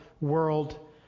world